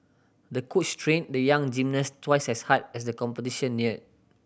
the coach trained the young gymnast twice as hard as the competition neared